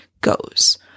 goes